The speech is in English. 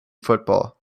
football